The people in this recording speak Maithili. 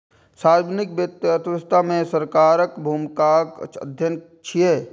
सार्वजनिक वित्त अर्थव्यवस्था मे सरकारक भूमिकाक अध्ययन छियै